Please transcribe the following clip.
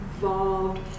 involved